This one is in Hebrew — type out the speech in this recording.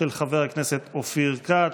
של חבר הכנסת אופיר כץ.